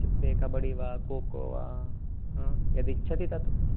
इत्युक्ते कबडि वा खोखो वा हा यदिच्छति तत्